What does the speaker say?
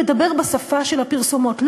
מדבר בשפה של הפרסומות.